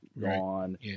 gone